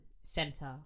center